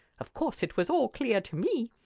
of course it was all clear to me.